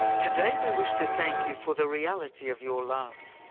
today we wish to thank you for the reality of your love.